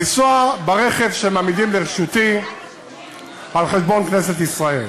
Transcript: לנסוע ברכב שמעמידים לרשותי על חשבון כנסת ישראל.